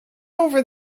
over